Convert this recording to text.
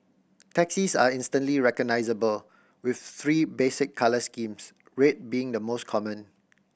taxis are instantly recognisable with three basic colour schemes red being the most common